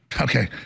Okay